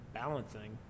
balancing